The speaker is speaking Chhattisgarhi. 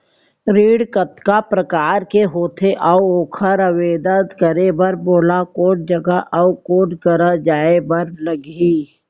ऋण कतका प्रकार के होथे अऊ ओखर आवेदन करे बर मोला कोन जगह अऊ कोन करा जाए बर लागही?